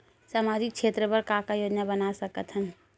सामाजिक क्षेत्र बर का का योजना बना सकत हन?